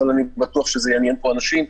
אבל אני בטוח שזה יעניין פה אנשים,